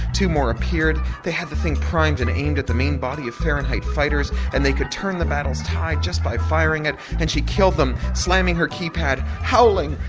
two more appeared, they had the thing primed and aimed at the main body of fahrenheit fighters and they could turn the battle's tide just by firing it, and she killed them, slamming her keypad howling,